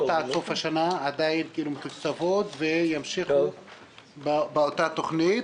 עד סוף השנה עדיין מתוקצבות וימשיכו באותה תכנית.